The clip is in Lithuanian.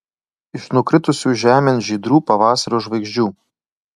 iš nukritusių žemėn žydrų pavasario žvaigždžių